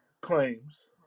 claims